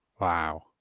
Wow